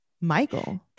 Michael